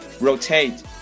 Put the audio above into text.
rotate